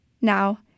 Now